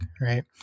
right